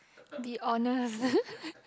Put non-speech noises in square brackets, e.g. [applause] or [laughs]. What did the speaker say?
be honest [laughs]